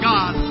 God